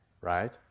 right